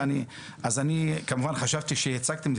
אני, כמובן חשבתי שהצגתם.